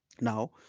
Now